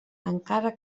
encara